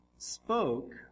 spoke